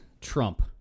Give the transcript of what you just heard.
Trump